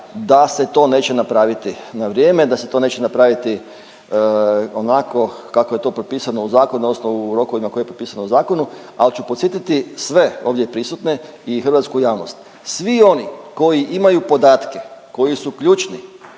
da se to neće napraviti na vrijeme, da se to neće napraviti onako kako je to propisano u zakonu odnosno u rokovima koji je propisan u zakon, al ću podsjetiti sve ovdje prisutne i hrvatsku javnost, svi oni koji imaju podatke koji su ključni